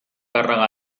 càrrega